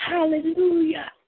Hallelujah